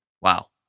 Wow